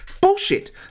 Bullshit